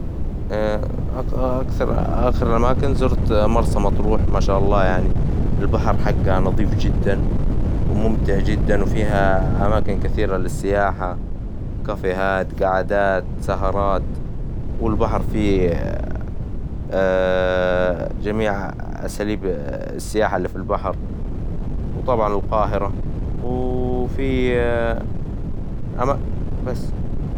أكثر آخر الأماكن زرت مرس مطروح، ما شاء الله يعني البحر حقها نظيف جدا، وممتع جدا، وفيها أماكن كثيرة للسياحة: كافيات، قعدات، سهرات، والبحر فيه جميع أساليب السياحة إللي في البحر، وطبعا القاهرة وفيه بس.